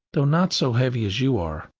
though not so heavy as you are,